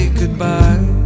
goodbye